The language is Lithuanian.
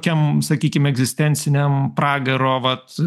kiam sakykim egzistenciniam pragaro vat